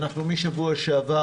אנחנו משבוע שעבר,